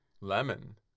Lemon